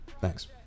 Thanks